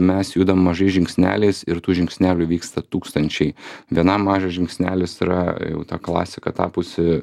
mes judam mažais žingsneliais ir tų žingsnelių vyksta tūkstančiai vienam mažas žingsnelis yra jau klasika tapusi